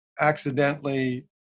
accidentally